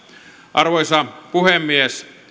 arvoisa puhemies